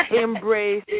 Embrace